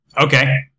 Okay